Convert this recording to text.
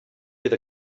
bydd